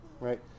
Right